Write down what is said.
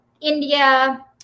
india